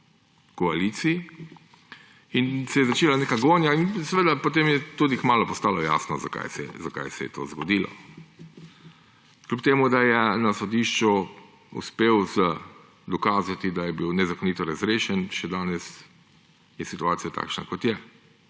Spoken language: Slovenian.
koaliciji, in se je začela neka gonja. In potem je tudi kmalu postalo jasno, zakaj se je to zgodilo. Čeprav je na sodišču uspel dokazati, da je bil nezakonito razrešen, je še danes situacija takšna, kot je.